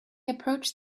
approached